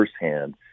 firsthand